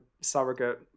surrogate